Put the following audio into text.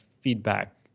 feedback